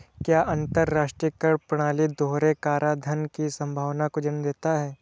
क्या अंतर्राष्ट्रीय कर प्रणाली दोहरे कराधान की संभावना को जन्म देता है?